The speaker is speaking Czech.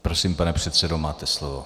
Prosím, pane předsedo, máte slovo.